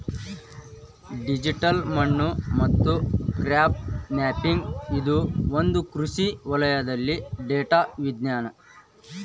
digital ಮಣ್ಣು ಮತ್ತು crop mapping ಇದು ಒಂದು ಕೃಷಿ ವಲಯದಲ್ಲಿ ಡೇಟಾ ವಿಜ್ಞಾನ